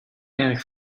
erg